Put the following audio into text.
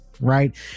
right